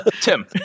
Tim